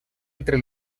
entre